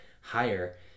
higher